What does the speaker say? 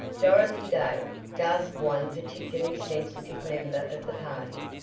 dorothy dale! gasped one particularly sensitive member of the party,